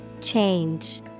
Change